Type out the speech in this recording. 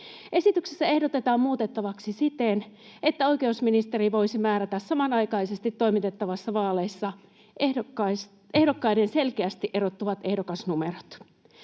Esityksessä lakia ehdotetaan muutettavaksi siten, että oikeusministeriö voisi määrätä samanaikaisesti toimitettavissa vaaleissa ehdokkaille selkeästi erottuvat ehdokasnumerot.